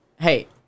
Hey